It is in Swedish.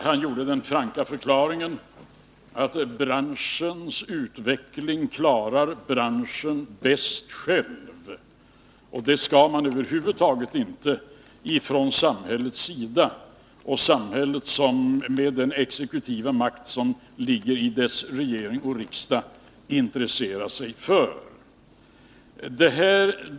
Han gjorde den franka förklaringen att branschens utveckling klarar branschen bäst själv och att man från samhällets sida — och med den exekutiva makt som ligger i regeringen och riksdagen — inte skall intressera sig för detta.